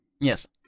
Yes